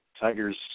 Tigers